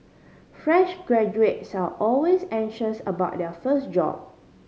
fresh graduates are always anxious about their first job